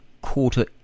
Quarter